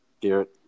Garrett